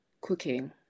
cooking